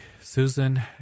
Susan